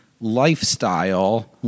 lifestyle